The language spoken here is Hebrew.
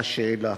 לשאלה.